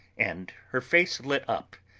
and her face lit up.